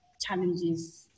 challenges